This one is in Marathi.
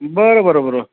बरं बरं बरं बरं